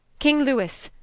king lewis,